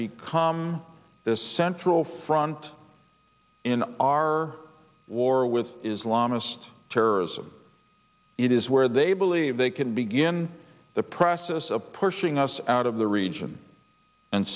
become the central front in our war with islamicist terrorism it is where they believe they can begin the process of pushing us out of the region and